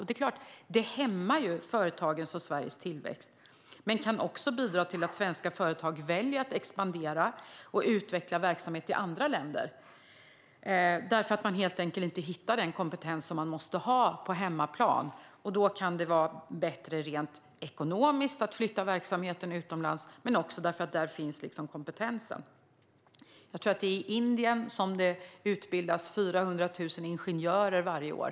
Det är klart att det hämmar företagens och Sveriges tillväxt, men det kan också bidra till att svenska företag väljer att expandera och utveckla verksamhet i andra länder för att man helt enkelt inte hittar den kompetens som man måste ha på hemmaplan. Det kan vara bättre rent ekonomiskt att flytta verksamheten utomlands men också bättre för att kompetensen finns där. Jag tror att det är i Indien som det utbildas 400 000 ingenjörer varje år.